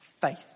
Faith